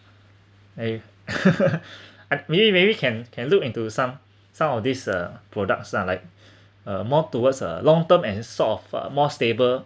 and maybe maybe can can look into some some of this uh products lah like um more towards a long term and sort of more stable